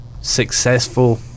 successful